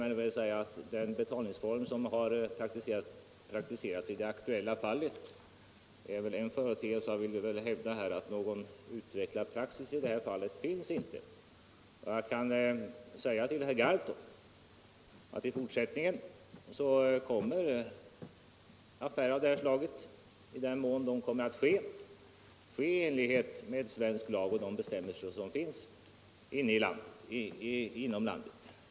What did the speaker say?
men jag vill också säga att den betalningsform som har praktiserats i det aktuella fallet är en engångsföreteelse; vi vill hävda all någon utvecklad praxis i ett sådant fall imie finns. Jag kan säga till herr Gahrton att affärer av det slaget i fortsättningen — i den mån de kommer ull stånd - kommer att ske i enlighet med svensk lag och de bestämmelser som finns iI landet.